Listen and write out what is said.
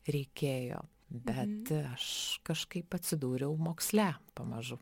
reikėjo bet aš kažkaip atsidūriau moksle pamažu